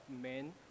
men